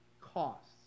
costs